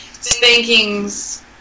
spankings